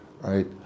right